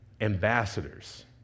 ambassadors